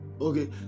Okay